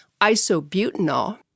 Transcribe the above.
isobutanol